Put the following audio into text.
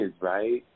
right